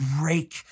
break